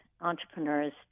entrepreneurs